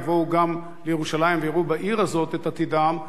יבואו גם לירושלים ויראו בעיר הזאת את עתידם,